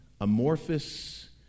amorphous